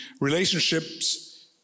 relationships